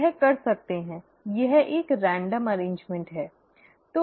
यह कर सकते हैं यह एक रेंडम व्यवस्था है